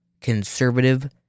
conservative